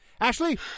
Ashley